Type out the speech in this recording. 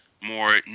more